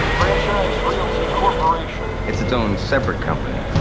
franchise realty corporation. it's its own separate company,